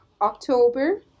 October